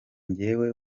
njyewe